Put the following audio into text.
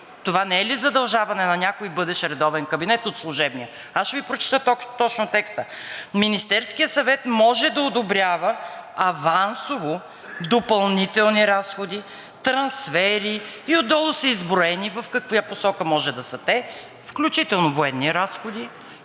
Това не е ли задължаване на някой бъдещ редовен кабинет от служебния? Аз ще Ви прочета текста: Министерският съвет може да одобрява авансово допълнителни разходи, трансфери и отдолу са изброени в каква посока може да са те, включително военни разходи